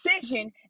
decision